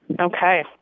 Okay